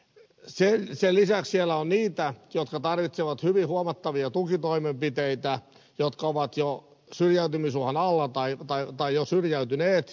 sen lisäksi siellä on niitä jotka tarvitsevat hyvin huomattavia tukitoimenpiteitä jotka ovat jo syrjäytymisuhan alla tai jo syrjäytyneet